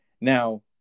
Now